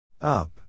Up